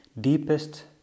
deepest